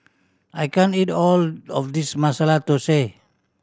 I can't eat all of this Masala Thosai